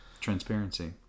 Transparency